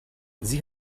sie